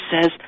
says